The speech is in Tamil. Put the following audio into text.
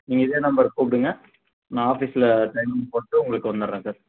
நீங்கள் இதே நம்பருக்கு கூப்பிடுங்க நான் ஆஃபீஸில் சைன் ஒன்று போட்டு உங்களுக்கு வந்தர்றேன் சார்